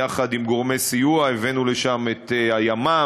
יחד עם גורמי סיוע הבאנו לשם את הימ"מ,